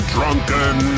Drunken